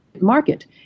market